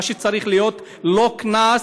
מה שצריך להיות, לא קנס,